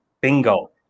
Bingo